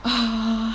ah